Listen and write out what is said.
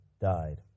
died